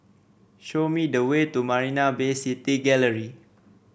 show me the way to Marina Bay City Gallery